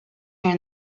here